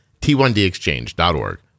T1DExchange.org